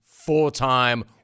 full-time